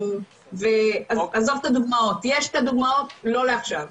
יש את הדוגמאות לא לעכשיו.